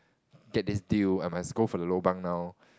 get this deal I must go for the lobang now